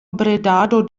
bredado